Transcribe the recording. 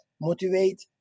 motivate